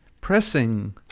pressing